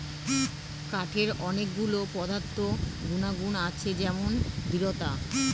কাঠের অনেক গুলো পদার্থ গুনাগুন আছে যেমন দৃঢ়তা